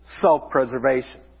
self-preservation